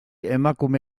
emakume